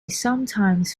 sometimes